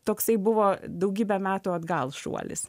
toksai buvo daugybę metų atgal šuolis